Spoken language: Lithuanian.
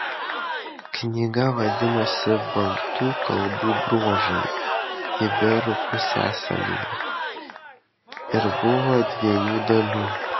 knyga vadinosi baltų kalbų bruožai iberų pusiasalyje ir buvo dviejų dalių